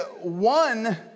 one